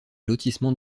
lotissements